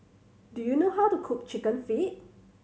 do you know how to cook Chicken Feet